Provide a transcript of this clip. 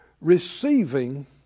receiving